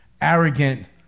arrogant